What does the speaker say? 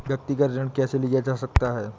व्यक्तिगत ऋण कैसे लिया जा सकता है?